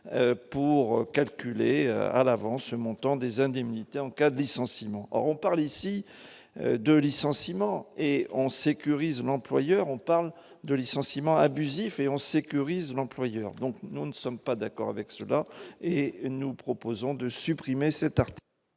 pour calculer à l'avance le montant des indemnités en cas d'essence Simon on parle ici 2 licenciements et on sécurise l'employeur, on parle de licenciements abusifs et on sécurise l'employeur, donc nous ne sommes pas d'accord avec cela et nous proposons de supprimer cet.